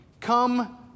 come